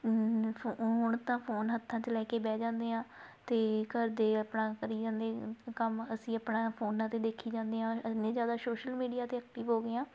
ਹੁਣ ਤਾਂ ਫੋਨ ਹੱਥਾਂ 'ਚ ਲੈ ਕੇ ਬਹਿ ਜਾਂਦੇ ਆ ਅਤੇ ਘਰਦੇ ਆਪਣਾ ਕਰੀ ਜਾਂਦੇ ਕੰਮ ਅਸੀਂ ਆਪਣਾ ਫੋਨਾਂ 'ਤੇ ਦੇਖੀ ਜਾਂਦੇ ਹਾਂ ਇੰਨੇ ਜ਼ਿਆਦਾ ਸੋਸ਼ਲ ਮੀਡੀਆ 'ਤੇ ਐਕਟਿਵ ਹੋ ਗਏ ਹਾਂ